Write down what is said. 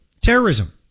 terrorism